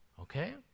okay